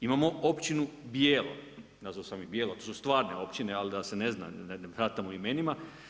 Imamo općinu Bijelo, nazvao sam bijelo, to su stvarne općine, ali da se ne zna, da ne kartamo imenima.